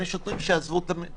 אלה שוטרים שעזבו את המשפחות.